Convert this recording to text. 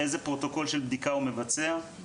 איזה פרוטוקול של בדיקה הוא מבצע.